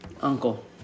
Uncle